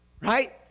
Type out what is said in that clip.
right